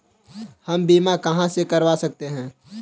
हम बीमा कहां से करवा सकते हैं?